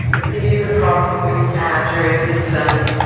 it is a problem with our jury system.